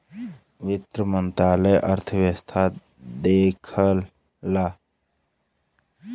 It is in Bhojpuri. वित्त मंत्रालय अर्थव्यवस्था देखला